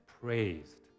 praised